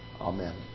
Amen